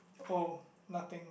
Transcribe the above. oh nothing